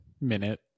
minute